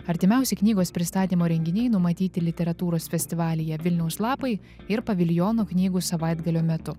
artimiausi knygos pristatymo renginiai numatyti literatūros festivalyje vilniaus lapai ir paviljono knygų savaitgalio metu